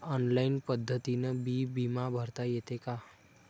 Online पद्धतीनं बी बिमा भरता येते का?